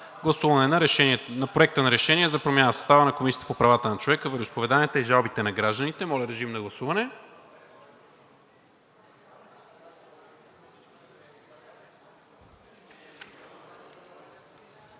гласуване на Проекта на решение за промяна в състава на Комисията по правата на човека, вероизповеданията и жалбите на гражданите. Гласували